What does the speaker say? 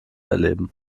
erleben